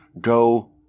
go